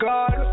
God